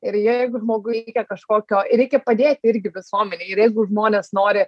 ir jeigu žmogui reikia kažkokio reikia padėti irgi visuomenei ir jeigu žmonės nori